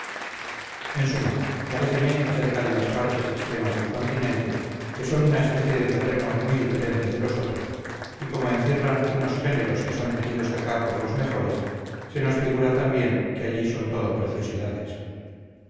en suma paréceme acerca de las partes extremas del continente que son una especie de terreno muy diferente de los otros y como encierran unos géneros que son tenidos acá por los mejores se nos figura también que allí son todo preciosidades